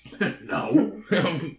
No